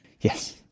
Yes